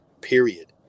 period